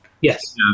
Yes